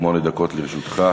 שמונה דקות לרשותך.